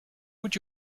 would